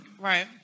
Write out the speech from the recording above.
right